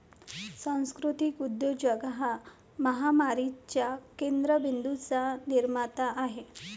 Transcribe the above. सांस्कृतिक उद्योजक हा महामारीच्या केंद्र बिंदूंचा निर्माता आहे